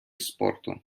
спорту